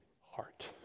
heart